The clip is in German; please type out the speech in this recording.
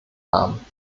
haben